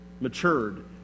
matured